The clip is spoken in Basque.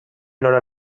nola